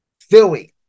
Philly